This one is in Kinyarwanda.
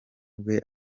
bwe